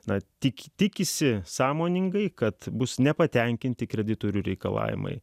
na tik tikisi sąmoningai kad bus nepatenkinti kreditorių reikalavimai